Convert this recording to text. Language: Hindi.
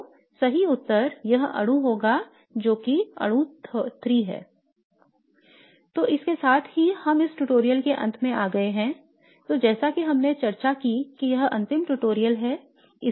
तो सही उत्तर यह अणु होगा जो अणु III है I तो इसके साथ ही हम इस ट्यूटोरियल के अंत में आ गए हैं तो जैसा कि हमने चर्चा की कि यह अंतिम ट्यूटोरियल है